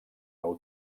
nou